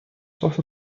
sort